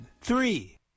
Three